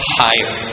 higher